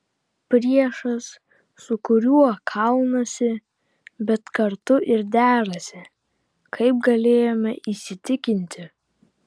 priešas su kuriuo kaunasi bet kartu ir derasi kaip galėjome įsitikinti